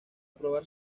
probar